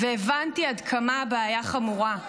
והבנתי עד כמה הבעיה חמורה.